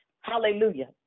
hallelujah